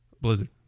Blizzard